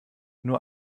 nur